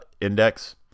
index